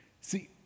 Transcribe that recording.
see